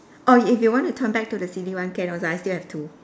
oh if you want to come back to the silly one can also I still have two